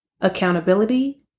accountability